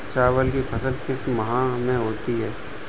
चावल की फसल किस माह में होती है?